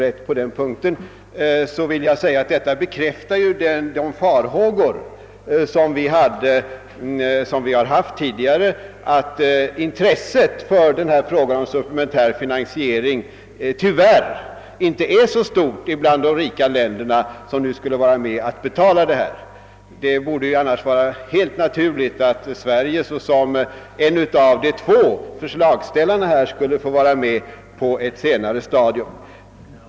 Jag vill säga att detta bekräftar de farhågor som vi har hyst tidigare, att intresset för frågan om supplementär finansiering tyvärr inte är så stort bland de rika länderna som skulle vara med om att betala detta. Det borde annars vara helt naturligt att Sverige såsom en av de två förslagsställarna skulle få vara med på detta senare stadium.